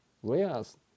whereas